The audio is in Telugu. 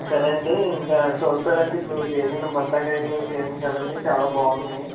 సరే అండి ఇంకా చూస్తాను అండి ఇప్పుడు సీజన్ బత్తాకాయలు సీజన్ కదండి చాలా బాగున్నాయి